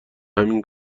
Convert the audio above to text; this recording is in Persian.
همین